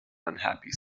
unhappy